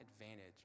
advantage